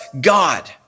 God